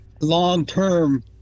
long-term